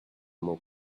more